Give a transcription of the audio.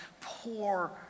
poor